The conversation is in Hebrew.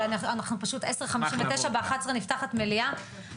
אבל אנחנו פשוט 10:59 ב-11:00 נפתחת מליאה,